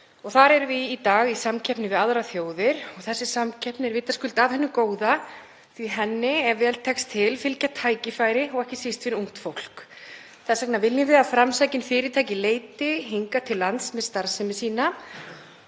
Þar erum við í dag í samkeppni við aðrar þjóðir og þessi samkeppni er vitaskuld af hinu góða, því að ef vel tekst til fylgja henni tækifæri og ekki síst fyrir ungt fólk. Þess vegna viljum við að framsækin fyrirtæki leiti hingað til lands með starfsemi sína,